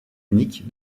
unique